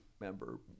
member